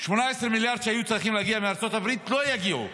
18 מיליארד שהיו צריכים להגיע מארצות הברית לא יגיעו.